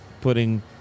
putting